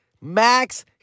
Max